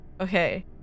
okay